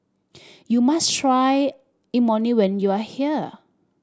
you must try Imoni when you are here